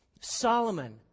Solomon